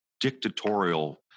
dictatorial